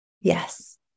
yes